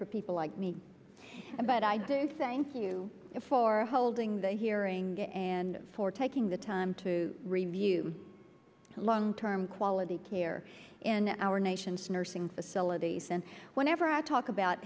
for people like me but i do thank you for holding the hearing and for taking the time to review long term quality care in our nation's nursing facilities and whenever i talk about